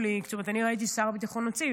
ראיתי את שר הביטחון מציג,